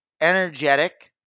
energetic